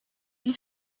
این